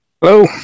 Hello